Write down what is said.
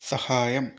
സഹായം